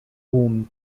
tłum